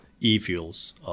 e-fuels